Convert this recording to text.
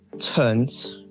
turns